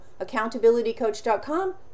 accountabilitycoach.com